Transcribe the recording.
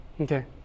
Okay